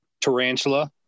Tarantula